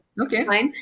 okay